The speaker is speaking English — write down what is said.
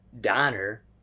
diner